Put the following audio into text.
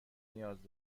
نیاز